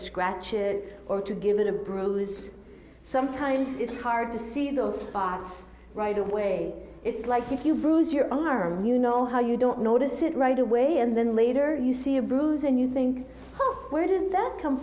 scratch it or to give it a bruise sometimes it's hard to see those parts right away it's like if you bruise your arm you know how you don't notice it right away and then later you see a bruise and you think oh where did that come